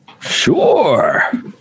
Sure